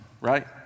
right